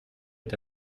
est